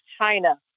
China